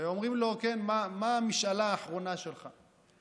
ואומרים לו: מה המשאלה האחרונה שלך?